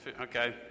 Okay